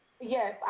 Yes